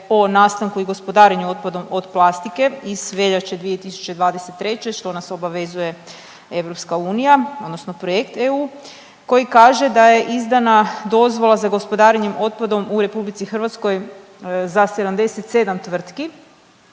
o nastanku i gospodarenju otpadom od plastike iz veljače 2023. što nas obavezuje EU odnosno projekt EU koji kaže da je izdana dozvola za gospodarenje otpadom u RH za 77 tvrtki